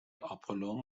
آپولو